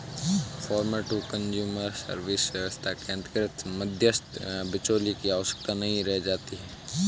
farmer to consumer service व्यवस्था के अंतर्गत मध्यस्थ या बिचौलिए की आवश्यकता नहीं रह जाती है